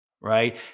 right